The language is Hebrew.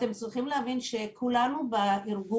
אתם צריכים להבין שכולנו בארגון,